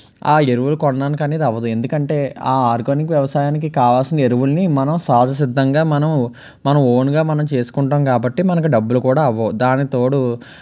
ఆ ఎరువులు కొనడానికనేది అవ్వదు ఎందుకంటే ఆ ఆర్గానిక్ వ్యవసాయానికి కావలసిన ఎరువులని మనం సహజ సిద్ధంగా మనము మన ఓనుగా మనం చేసుకుంటాం కాబట్టి మనకి డబ్బులు కూడా అవ్వవు దానికి తోడు